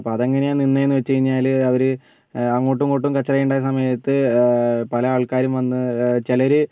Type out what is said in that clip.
അപ്പോൾ അതെങ്ങനെയാണ് നിന്നതെന്ന് വെച്ചുകഴിഞ്ഞാൽ അവർ അങ്ങോട്ടും ഇങ്ങോട്ടും കച്ചറയുണ്ടായ സമയത്ത് പല ആൾക്കാരും വന്ന് ചിലർ